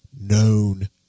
known